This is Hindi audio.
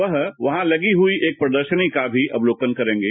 वह वहां लगी हई एक प्रदर्शनी का अवलोकन करेंगे